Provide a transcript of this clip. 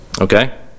Okay